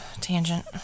tangent